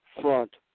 front